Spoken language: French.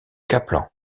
kaplan